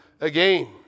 again